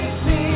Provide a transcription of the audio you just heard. see